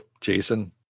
Jason